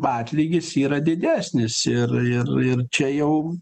atlygis yra didesnis ir ir ir čia jau